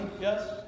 Yes